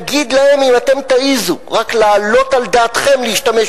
נגיד להם: אם אתם תעזו רק להעלות על דעתכם להשתמש